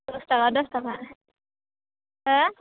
दस थाखा दस थाखा हो